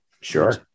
Sure